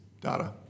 data